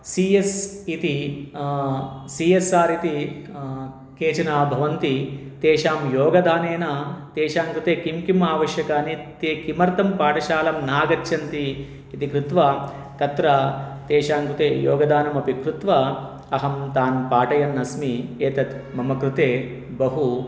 C S इति C S R इति केचन भवन्ति तेषां योगदानेन तेषाङ्कृते किं किम् आवश्यकानि ते किमर्थं पाठशालां नागच्छन्ति इति कृत्वा तत्र तेषाङ्कृते योगदानमपि कृत्वा अहं तान् पाठयन्नस्मि एतत् मम कृते बहु